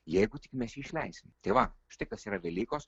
jeigu tik mes jį išleisim tai va štai kas yra velykos